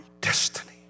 destiny